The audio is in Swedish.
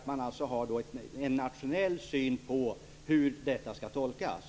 Man måste ha en nationell syn på hur detta skall tolkas.